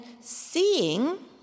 seeing